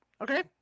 okay